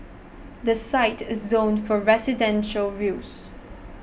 the site is zoned for residential use